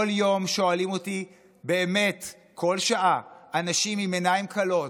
כל יום שואלים אותי אנשים עם עיניים כלות,